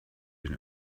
den